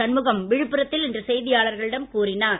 சண்முகம் விழுப்புரத்தில் இன்று செய்தியாளர்களிடம் கூறினார்